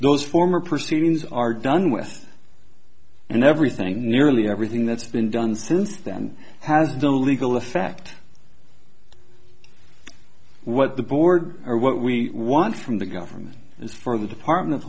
those former proceedings are done with and everything nearly everything that's been done since then has the legal effect what the board or what we want from the government is for the department of